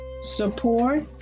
support